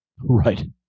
Right